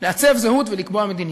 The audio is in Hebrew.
לעצב זהות ולקבוע מדיניות.